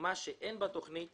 ומה שאין בתוכנית